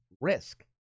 risk